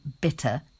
bitter